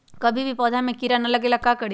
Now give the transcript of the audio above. कभी भी पौधा में कीरा न लगे ये ला का करी?